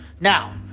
Now